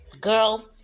girl